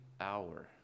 hour